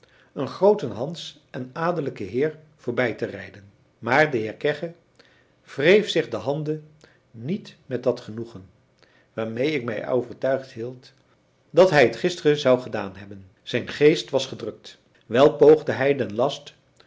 een grooten hans en adellijken heer voorbij te rijden maar de heer kegge wreef zich de handen niet met dat genoegen waarmee ik mij overtuigd hield dat hij het gisteren zou gedaan hebben zijn geest was gedrukt wel poogde hij den last